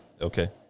Okay